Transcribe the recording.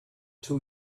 too